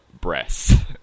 breasts